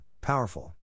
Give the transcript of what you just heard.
powerful